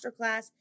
Masterclass